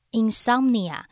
insomnia